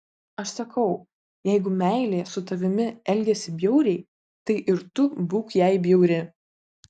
aš sakau jeigu meilė su tavimi elgiasi bjauriai tai ir tu būk jai bjauri